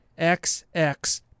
XX